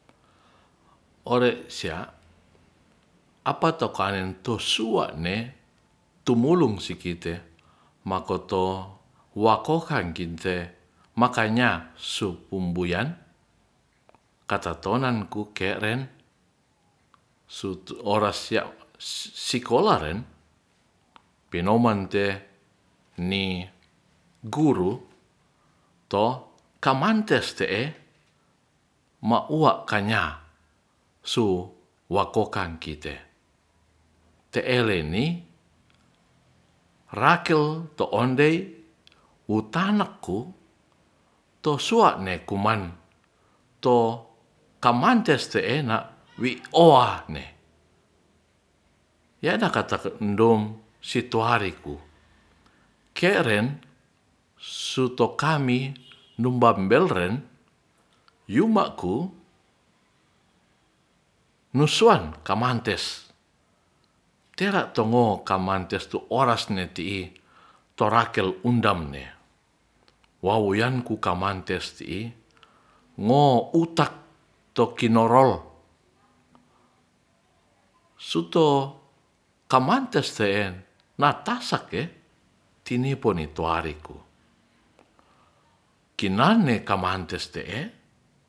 Ore sia apayo kan tu suane tumulung si kite makoto wakohan kite makanya sup umbuyan katatonan ku keren sutu oras sia sikolah ren pinoman te ni guru to kamantes te emaua kanya su wakokan kite te eleni rakel to ondei wu tanak ku to suane kuman to kamantes a wi owah ne yana kata mundom situariku kere sutokami numba belren yumako nusuan kamantes teran tongo kamantes tu oras ne tini torakel undam ne wawoyan kukamante ti i ngo utak tok kinorolsuto kamantes teen natasak ke tinipone tuare kokinane kamantes te e